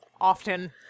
Often